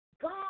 God